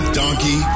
donkey